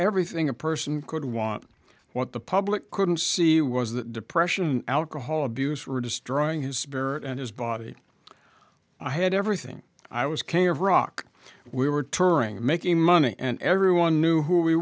everything a person could want what the public couldn't see was that depression alcoholism use were destroying his spirit and his body i had everything i was king of rock we were touring and making money and everyone knew who we